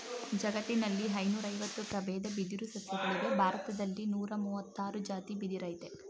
ಜಗತ್ತಿನಲ್ಲಿ ಐನೂರಐವತ್ತು ಪ್ರಬೇದ ಬಿದಿರು ಸಸ್ಯಗಳಿವೆ ಭಾರತ್ದಲ್ಲಿ ನೂರಮುವತ್ತಾರ್ ಜಾತಿ ಬಿದಿರಯ್ತೆ